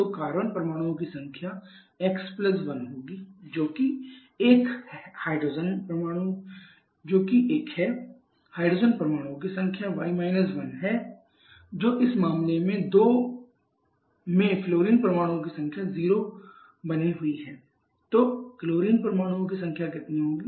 तो कार्बन परमाणुओं की संख्या x1 होगी जो कि 1 है हाइड्रोजन परमाणुओं की संख्या y 1 है जो इस मामले 2 में फ्लोरीन परमाणुओं की 0 संख्या बनी हुई है तो क्लोरीन परमाणुओं की संख्या कितनी होगी